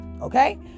okay